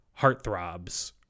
heartthrobs